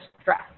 stress